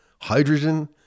Hydrogen